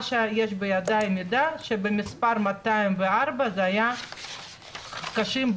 בידיי יש מידע שבמס' 204 היו 120 חולים קשים.